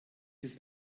ist